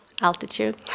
altitude